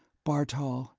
bartol,